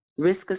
risk